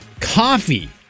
Coffee